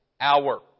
hour